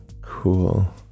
Cool